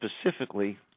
specifically